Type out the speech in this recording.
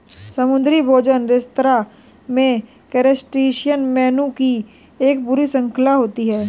समुद्री भोजन रेस्तरां में क्रस्टेशियन मेनू की एक पूरी श्रृंखला होती है